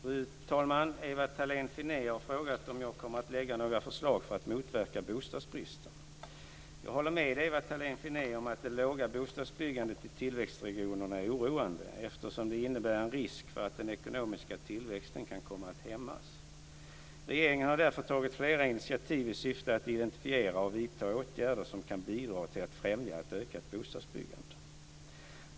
Fru talman! Ewa Thalén Finné har frågat om jag kommer att lägga fram några förslag för att motverka bostadsbristen. Jag håller med Ewa Thalén Finné om att det låga bostadsbyggandet i tillväxtregionerna är oroande, eftersom det innebär en risk för att den ekonomiska tillväxten kan komma att hämmas. Regeringen har därför tagit flera initiativ i syfte att identifiera och vidta åtgärder som kan bidra till att främja ett ökat bostadsbyggande.